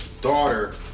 daughter